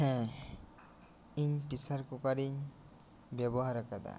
ᱦᱮᱸ ᱤᱧ ᱯᱮᱥᱟᱨ ᱠᱩᱠᱟᱨ ᱤᱧ ᱵᱮᱣᱦᱟᱨ ᱟᱠᱟᱫᱟ